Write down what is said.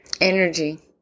energy